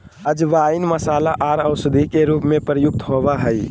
अजवाइन मसाला आर औषधि के रूप में प्रयुक्त होबय हइ